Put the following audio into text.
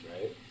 right